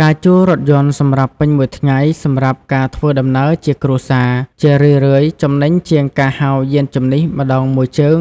ការជួលរថយន្តសម្រាប់ពេញមួយថ្ងៃសម្រាប់ការធ្វើដំណើរជាគ្រួសារ ជារឿយៗចំណេញជាងការហៅយានជំនិះម្តងមួយជើង